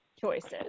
choices